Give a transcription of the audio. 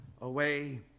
away